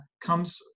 comes